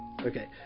okay